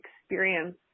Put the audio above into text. experience